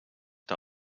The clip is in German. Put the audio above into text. der